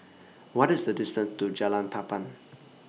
What IS The distance to Jalan Papan